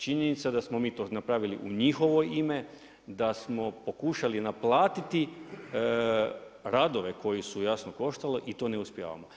Činjenica da smo mi to napravili u njihovo ime, da smo pokušali naplatiti radove koji su jasno koštali i to ne uspijevamo.